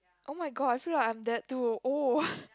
oh-my-god I feel like I'm that too oh